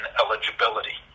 eligibility